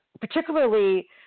particularly